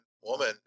woman